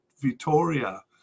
Vitoria